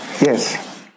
yes